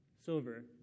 silver